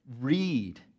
read